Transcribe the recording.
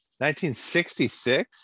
1966